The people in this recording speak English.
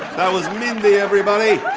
that was mindy, everybody.